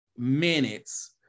minutes